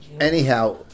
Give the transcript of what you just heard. Anyhow